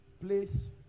Please